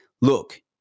look